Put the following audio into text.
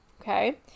Okay